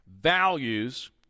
values